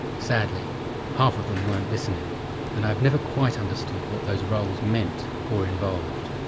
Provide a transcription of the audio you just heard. sadly half of them weren't listening and i've never quite understood what those roles meant or involved.